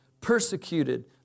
persecuted